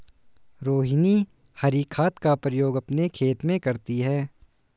रोहिनी हरी खाद का प्रयोग अपने खेत में करती है